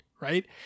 right